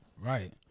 Right